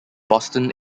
boston